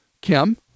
Kim